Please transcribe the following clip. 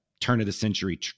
turn-of-the-century